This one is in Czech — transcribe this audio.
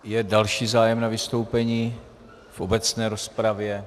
Je další zájem na vystoupení v obecné rozpravě?